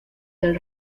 del